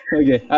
okay